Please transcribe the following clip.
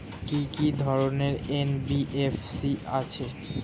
কি কি ধরনের এন.বি.এফ.সি আছে?